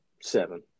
Seven